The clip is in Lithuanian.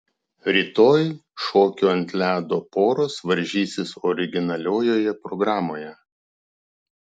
rytoj šokių ant ledo poros varžysis originaliojoje programoje